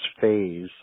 phase